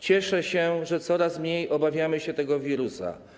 Cieszę się, że coraz mniej obawiamy się tego wirusa.